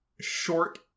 short